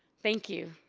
thank you,